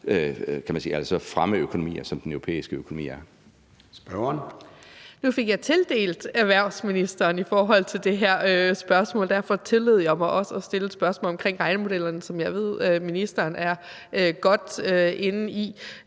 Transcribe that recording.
13:43 Lisbeth Bech-Nielsen (SF): Nu fik jeg tildelt erhvervsministeren i forhold til det her spørgsmål, og derfor tillod jeg mig også at stille et spørgsmål om regnemodellerne, som jeg ved ministeren er godt inde i.